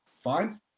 Fine